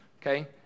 okay